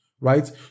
right